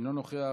אינו נוכח,